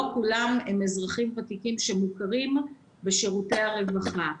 לא כולם הם אזרחים ותיקים שמוכרים בשירותי הרווחה.